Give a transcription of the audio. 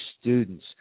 Students